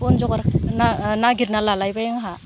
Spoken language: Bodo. बन जगार खालामना नागिरना लालायबाय आंहा